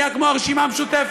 זה נהיה כמו הרשימה המשותפת.